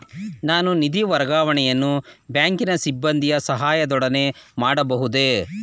ನಾನು ನಿಧಿ ವರ್ಗಾವಣೆಯನ್ನು ಬ್ಯಾಂಕಿನ ಸಿಬ್ಬಂದಿಯ ಸಹಾಯದೊಡನೆ ಮಾಡಬಹುದೇ?